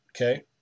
okay